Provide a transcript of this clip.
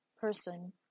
person